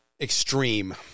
extreme